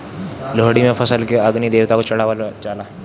लोहड़ी में फसल के अग्नि देवता के चढ़ावल जाला